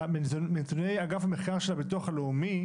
מנתוני אגף המחקר של הביטוח הלאומי,